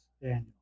Daniel